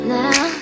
now